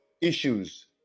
issues